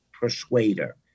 persuader